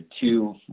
two